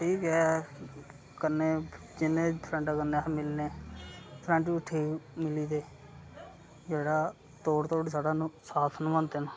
ठीक ऐ कन्नै जिन्ने फ्रेन्डें कन्नै अस मिलने फ्रेंड बी ठीक मिली गेदे जेह्ड़ा तोड़ तोड़ साढ़ा साथ नभांदे न